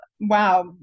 wow